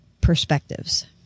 perspectives